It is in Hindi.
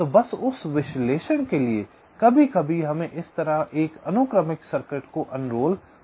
तो बस उस विश्लेषण के लिए कभी कभी हमें इस तरह एक अनुक्रमिक सर्किट को उणरोल करना पड़ सकता है